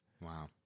Wow